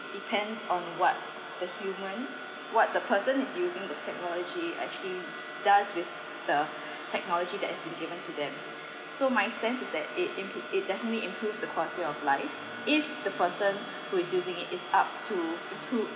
depends on what the human what the person is using the technology actually does with the technology that is been given to them so my stance is that it it impro~ it definitely improves the quality of life if the person who is using it is up to improve